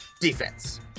defense